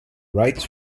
rites